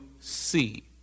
see